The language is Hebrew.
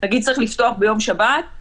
נגיד צריך לפתוח ביום ראשון,